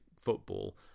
football